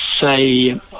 say